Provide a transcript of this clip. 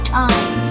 time